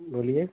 बोलिए